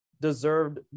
deserved